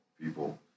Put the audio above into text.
people